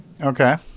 Okay